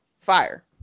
fire